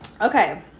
okay